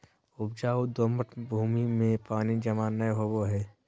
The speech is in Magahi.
उपजाऊ दोमट भूमि में पानी जमा नै होवई हई